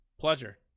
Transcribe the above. pleasure